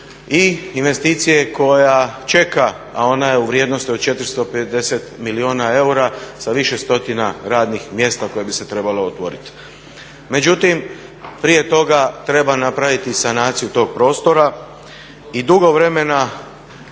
i investicije koja čeka, a ona je u vrijednosti 450 milijuna eura sa više stotina radnih mjesta koja bi se trebala otvoriti. Međutim prije toga treba napraviti sanaciju tog prostora. I dugo vremena